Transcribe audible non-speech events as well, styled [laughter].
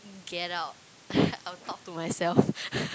get out [laughs] I'll talk to myself [laughs]